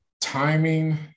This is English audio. timing